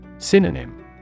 Synonym